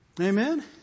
Amen